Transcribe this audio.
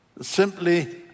simply